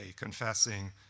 confessing